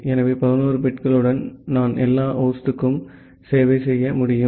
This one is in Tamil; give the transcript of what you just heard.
எனவே 11 பிட்களுடன் நான் எல்லா ஹோஸ்டுக்கும் சேவை செய்ய முடியும்